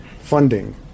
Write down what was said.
funding